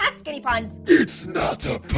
um skinny puns. it's not